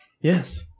yes